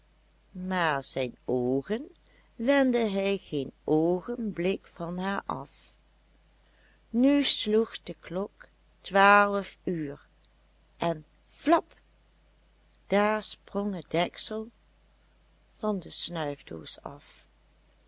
maar zijn oogen wendde hij geen oogenblik van haar af nu sloeg de klok twaalf uur en flap daar sprong het deksel van de snuifdoos af